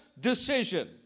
decision